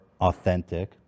authentic